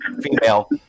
female